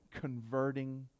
converting